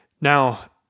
Now